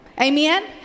Amen